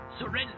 Surrender